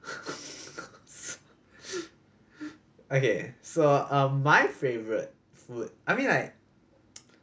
okay so um my favorite food I mean like